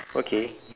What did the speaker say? okay